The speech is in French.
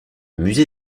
musée